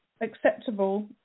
acceptable